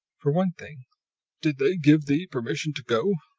for one thing did they give thee permission to go?